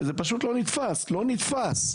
זה פשוט לא נתפש, לא נתפש.